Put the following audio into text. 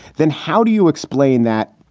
then how do you explain that?